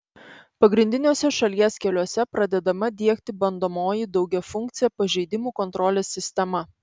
pagrindiniuose šalies keliuose pradedama diegti bandomoji daugiafunkcė pažeidimų kontrolės sistema